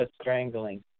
strangling